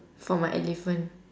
for my elephant